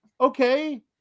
okay